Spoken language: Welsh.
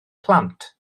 plant